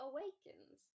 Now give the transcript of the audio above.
Awakens